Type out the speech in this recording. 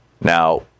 Now